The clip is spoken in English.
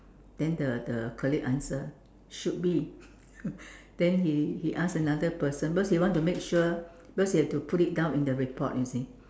then the the colleague answer should be then he he ask another person because he want to make sure because he have to put down in the report you see